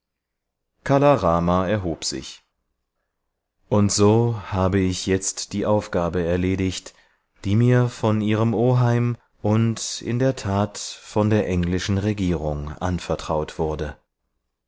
kala rama erhob sich und so habe ich jetzt die aufgabe erledigt die mir von ihrem oheim und in der tat von der englischen regierung anvertraut wurde